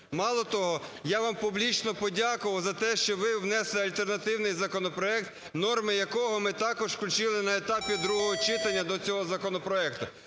Мало того, я вам публічно подякував за те, що ви внесли альтернативний законопроект, норми якого ми також включили на етапі другого читання до цього законопроекту.